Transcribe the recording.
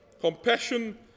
Compassion